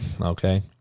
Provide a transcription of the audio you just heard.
okay